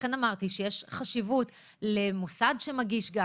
לכן אמרתי שיש חשיבות גם למוסד שמגיש,